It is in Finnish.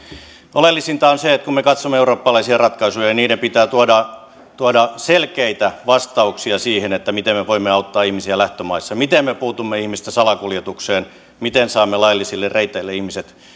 oleellisinta on se kun me katsomme eurooppalaisia ratkaisuja että niiden pitää tuoda tuoda selkeitä vastauksia siihen miten me voimme auttaa ihmisiä lähtömaissa miten me puutumme ihmisten salakuljetukseen miten saamme laillisille reiteille ihmiset